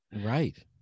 Right